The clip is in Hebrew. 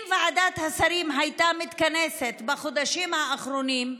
אם ועדת השרים הייתה מתכנסת בחודשים האחרונים,